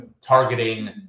targeting